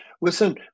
Listen